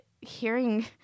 hearing –